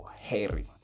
Harry